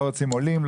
לא רוצים עולים,